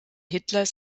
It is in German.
hitlers